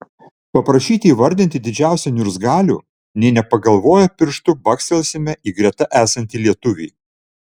paprašyti įvardinti didžiausią niurzgalių nė nepagalvoję pirštu bakstelsime į greta esantį lietuvį